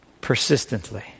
persistently